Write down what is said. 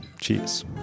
cheers